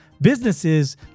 businesses